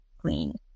clean